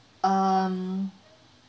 um